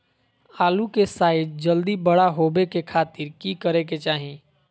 आलू के साइज जल्दी बड़ा होबे के खातिर की करे के चाही?